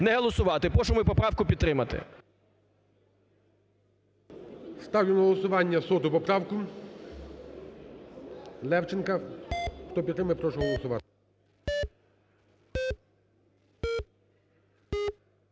не голосувати. Прошу мою поправку підтримати. ГОЛОВУЮЧИЙ. Ставлю на голосування 100 поправку Левченка. Хто підтримує, прошу голосувати.